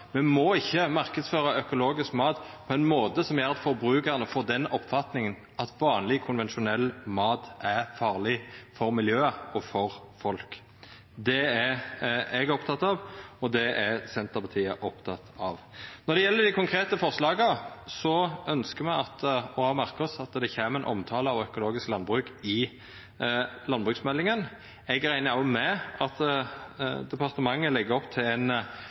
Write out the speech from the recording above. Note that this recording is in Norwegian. Me må ikkje marknadsføre økologisk mat på ein måte som gjer at forbrukarane får den oppfatninga at vanleg, konvensjonell mat er farleg for miljøet og for folk. Det er eg oppteken av, og det er Senterpartiet oppteken av. Når det gjeld dei konkrete forslaga, ønskjer me – og har merka oss – at det kjem ei omtale av økologisk landbruk i landbruksmeldinga. Eg reknar òg med at departementet legg opp til